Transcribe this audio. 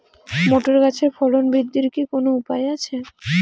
Motor গাছের ফলন বৃদ্ধির কি কোনো উপায় আছে?